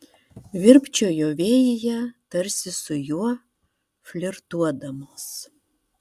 virpčiojo vėjyje tarsi su juo flirtuodamos